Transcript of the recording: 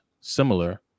similar